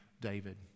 David